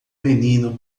menino